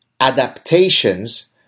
adaptations